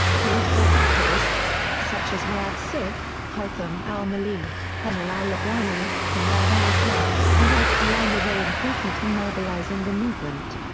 political activists, such as riad seif, haitham al-maleh, kamal al-labwani, riyad al-turk, and aref dalila were important in mobilizing the movement.